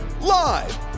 Live